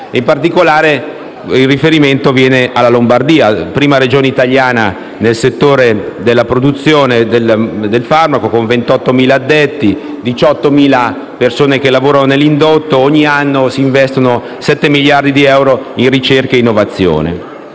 In particolare, il riferimento è alla Lombardia, prima Regione italiana nel settore della produzione del farmaco con 28.000 addetti, più altri 18.000 persone che lavorano nell'indotto e dove ogni anno si investono sette miliardi di euro in ricerca e innovazione.